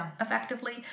effectively